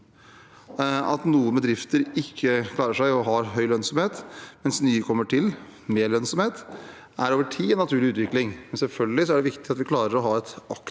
At noen bedrifter ikke klarer seg og ikke har høy lønnsomhet, mens nye kommer til, med lønnsomhet, er over tid en naturlig utvikling, men selvfølgelig er det viktig at vi klarer å ha et aktivt